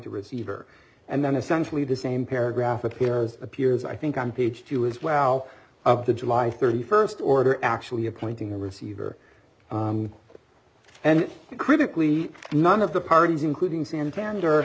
a receiver and then essentially the same paragraph appears appears i think i'm page two as well of the july thirty first order actually appointing a receiver and critically none of the parties including santander